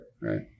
right